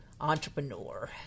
entrepreneur